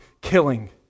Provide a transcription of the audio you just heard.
killing